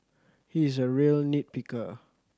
he is a real nit picker